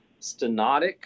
stenotic